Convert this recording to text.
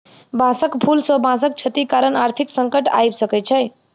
बांसक फूल सॅ बांसक क्षति कारण आर्थिक संकट आइब सकै छै